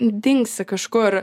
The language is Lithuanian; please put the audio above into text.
dingsi kažkur